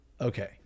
Okay